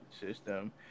system